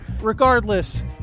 regardless